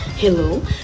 Hello